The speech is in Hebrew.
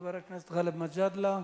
חבר הכנסת גאלב מג'אדלה.